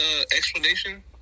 explanation